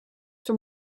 from